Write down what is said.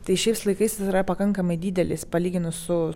tai šiais laikais yra pakankamai didelis palyginus su